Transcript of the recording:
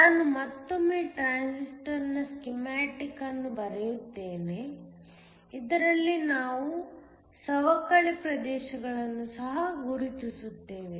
ನಾನು ಮತ್ತೊಮ್ಮೆ ಟ್ರಾನ್ಸಿಸ್ಟರ್ ನ ಸ್ಕೀಮ್ಯಾಟಿಕ್ ಅನ್ನು ಬರೆಯುತ್ತೇನೆ ಇದರಲ್ಲಿ ನಾನು ಸವಕಳಿ ಪ್ರದೇಶಗಳನ್ನು ಸಹ ಗುರುತಿಸುತ್ತೇನೆ